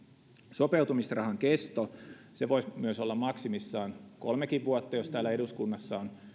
sopeutumisrahan kesto voisi myös olla maksimissaan kolme vuotta jos täällä eduskunnassa on